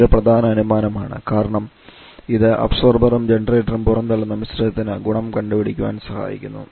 ഇത് ഒരു പ്രധാന അനുമാനമാണ് കാരണം ഇത് അബ്സോർബറും ജനറേറ്ററും പുറന്തള്ളുന്ന മിശ്രിതത്തിന് ഗുണം കണ്ടുപിടിക്കാൻ സഹായിക്കുന്നു